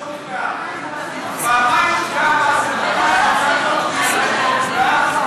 פעמיים הוצבע באסל גטאס,